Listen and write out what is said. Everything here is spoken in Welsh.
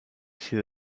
sydd